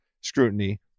scrutiny